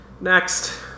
Next